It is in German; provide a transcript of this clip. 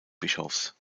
bischofs